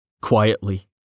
quietly